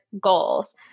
goals